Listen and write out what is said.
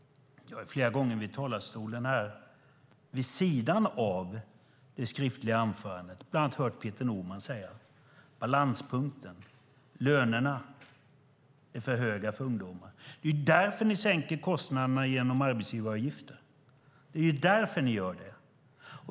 Jag har flera gånger här i talarstolen vid sidan av det skriftliga anförandet bland annat hört Peter Norman tala om balanspunkten och att lönerna är för höga för ungdomar. Det är därför ni sänker kostnaderna genom arbetsgivaravgifter. Det är därför ni gör det.